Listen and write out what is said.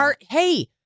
Hey